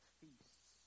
feasts